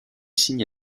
signe